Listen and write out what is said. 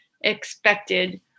expected